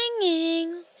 singing